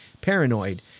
paranoid